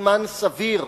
בזמן סביר